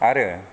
आरो